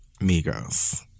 Migos